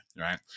right